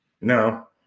No